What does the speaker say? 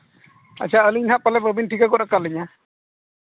ᱟᱪᱪᱷᱟ ᱟᱹᱞᱤᱧ ᱦᱟᱸᱜ ᱜᱚᱢᱠᱮ ᱵᱟᱹᱵᱤᱱ ᱴᱷᱤᱠᱟᱹ ᱜᱚᱫ ᱠᱟᱜ ᱞᱤᱧᱟ